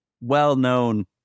well-known